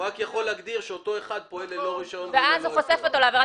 יכול להגדיר שאותו אחד פועל ללא רישיון וללא היתר.